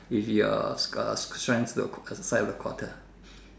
if your stren~ uh strengths look the size of a quarter